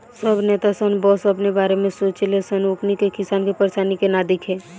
सब नेता सन बस अपने बारे में सोचे ले सन ओकनी के किसान के परेशानी के ना दिखे